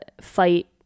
fight